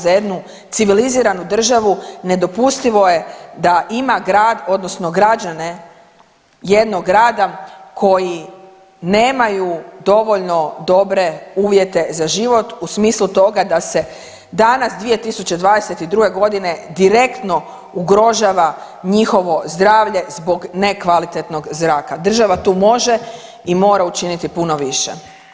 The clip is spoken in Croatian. Za jednu civiliziranu državu nedopustivo je da ima grad odnosno građane jednog grada koji nemaju dovoljno dobre uvjete za život u smislu toga da se danas 2022.g. direktno ugrožava njihovo zdravlje zbog nekvalitetnog zraka, država tu može i mora učiniti puno više.